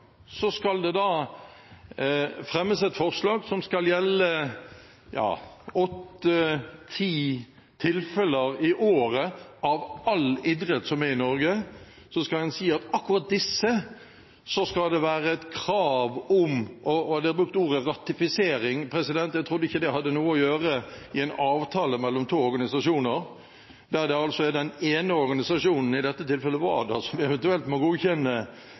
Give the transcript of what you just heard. Så en liten kommentar til forslaget som er fremmet av noen av partiene i salen. Nok en gang skal det fremmes et forslag som skal gjelde åtte–ti tilfeller i året. Av all idrett som er i Norge, skal en si at når det gjelder akkurat disse, skal det stilles krav – det er brukt ordet «ratifisering», jeg trodde ikke det hadde noe å gjøre i en avtale mellom to organisasjoner, at den ene organisasjonen, i dette tilfellet WADA, eventuelt må godkjenne